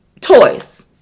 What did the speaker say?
Toys